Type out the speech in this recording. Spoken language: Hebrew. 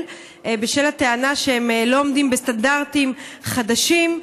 בשל הטענה שהם לא עומדים בסטנדרטים חדשים,